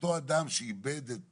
שאותו אדם שאיבד את